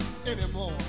anymore